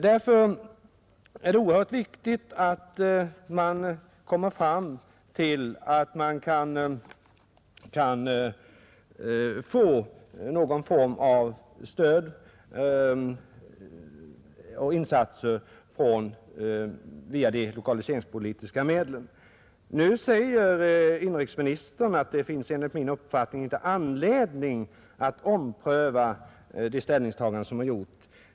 Därför är det oerhört viktigt att man kommer fram till att man kan få någon form av stöd och insatser via de lokaliseringspolitiska medlen. Nu säger inrikesministern att det enligt hans uppfattning inte finns anledning att ompröva det ställningstagande som är gjort.